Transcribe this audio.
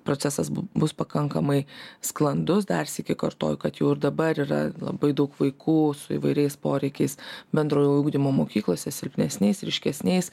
procesas bus pakankamai sklandus dar sykį kartoju kad jau ir dabar yra labai daug vaikų su įvairiais poreikiais bendrojo ugdymo mokyklose silpnesniais ryškesniais